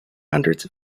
hundreds